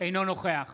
אינו נוכח